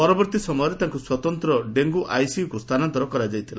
ପରବର୍ତୀ ସମୟରେ ତାଙ୍ଙୁ ସ୍ୱତନ୍ତ ଡେଙ୍ଗୁ ଆଇସିୟୁକୁ ସ୍ଥାନାନ୍ତର କରାଯାଇଥିଲା